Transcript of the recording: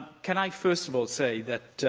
can i first of all say that,